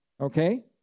okay